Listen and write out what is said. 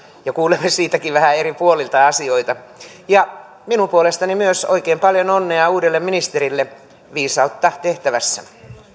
ja kuulemme siitäkin vähän eri puolilta asioita minun puolestani myös oikein paljon onnea uudelle ministerille viisautta tehtävässä